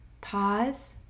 pause